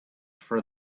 for